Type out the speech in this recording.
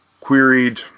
queried